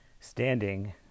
Standing